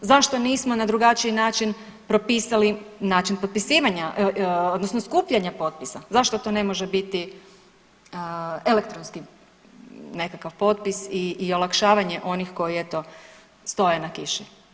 Zašto nismo na drugačiji način propisali način potpisivanja odnosno skupljanja potpisa, zašto to ne može biti elektronski nekakav potpis i olakšavanje onih koji eto stoje na kiši.